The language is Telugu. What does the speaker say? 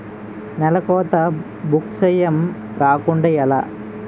నేలకోత భూక్షయం రాకుండ ఎలా?